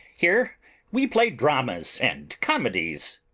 here we play dramas and comedies!